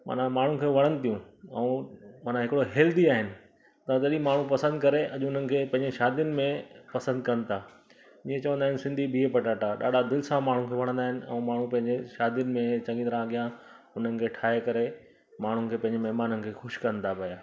माना माण्हुनि खे वणनि थियूं ऐं माना हिकिड़ो हैल्दी आहिनि त ग़रीबु माण्हू पसंदि करे अॼु हुननि खे पंहिंजे शादियुनि में पसंदि कनि था ईअं चवंदा आहिनि सिंधी बिह पटाटा ॾाढा दिलि सां माण्हू खे वणंदा आहिनि ऐं माण्हू पंहिंजे शादियुनि में चङी तरह अॻियां हुननि खे ठाहे करे माण्हुनि खे पंहिंजे महिमाननि खे ख़ुशि कंदा पिया